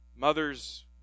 mother's